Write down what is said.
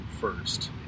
first